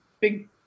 big